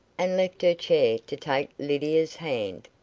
and left her chair to take lydia's hand.